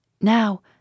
Now